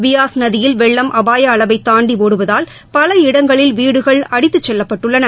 பியாஸ் நதியில் வெள்ளம் அபாய அளவை தாண்டி ஒடுவதால் பல இடங்களில் வீடுகள் அடித்துச் செல்லப்பட்டுள்ளன